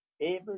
able